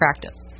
practice